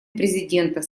президента